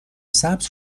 سبز